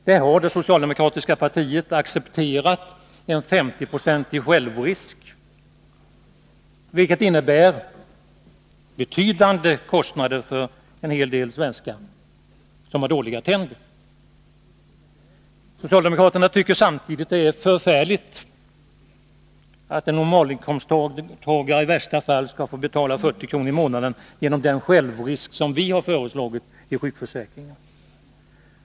Det socialdemokratiska partiet har i denna försäkring accepterat en 50-procentig självrisk, vilket innebär betydande kostnader för en hel del svenskar som har dåliga tänder. Socialdemokraterna tycker samtidigt att det är förfärligt att en normalinkomsttagare i värsta fall skall få betala 40 kr. i månaden till följd av den självrisk som vi har föreslagit i sjukförsäkringen.